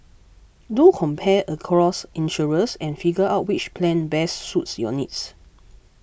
do compare across insurers and figure out which plan best suits your needs